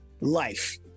life